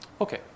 Okay